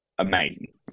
Amazing